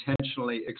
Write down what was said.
intentionally